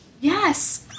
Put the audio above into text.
Yes